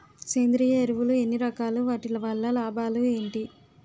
సేంద్రీయ ఎరువులు ఎన్ని రకాలు? వాటి వల్ల లాభాలు ఏంటి?